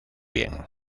bien